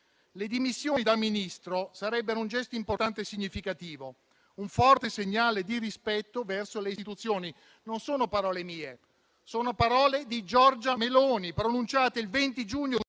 le dimissioni da Ministro sarebbero un gesto importante e significativo, un forte segnale di rispetto verso le istituzioni. Non sono parole mie: sono parole di Giorgia Meloni, pronunciate il 20 giugno